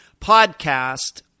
podcast